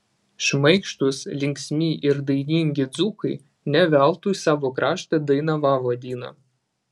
šmaikštūs linksmi ir dainingi dzūkai ne veltui savo kraštą dainava vadina